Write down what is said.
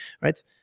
right